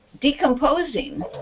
decomposing